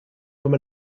from